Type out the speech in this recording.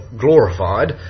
glorified